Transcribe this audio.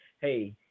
hey